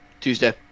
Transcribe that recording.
Tuesday